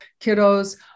kiddos